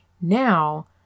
now